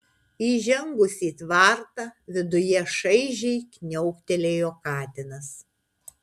įžengus į tvartą viduje šaižiai kniauktelėjo katinas